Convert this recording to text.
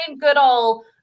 goodall